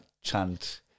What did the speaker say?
chant